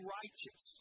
righteous